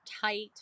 tight